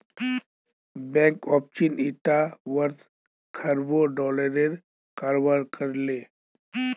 bank of चीन ईटा वर्ष खरबों डॉलरेर कारोबार कर ले